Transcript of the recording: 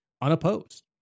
unopposed